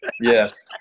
Yes